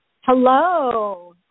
Hello